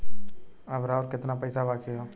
अब अउर कितना पईसा बाकी हव?